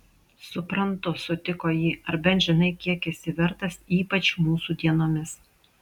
suprantu sutiko ji ar bent žinai kiek esi vertas ypač mūsų dienomis